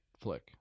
flick